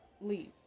leave